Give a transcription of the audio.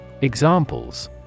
Examples